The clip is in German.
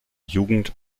jugend